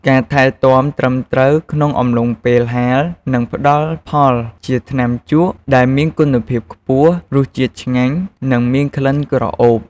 ការថែទាំត្រឹមត្រូវក្នុងអំឡុងពេលហាល នឹងផ្តល់ផលជាថ្នាំជក់ដែលមានគុណភាពខ្ពស់ រសជាតិឆ្ងាញ់ និងមានក្លិនក្រអូប។